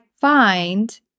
find